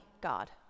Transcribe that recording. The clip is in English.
God